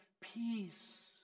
peace